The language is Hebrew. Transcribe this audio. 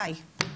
די.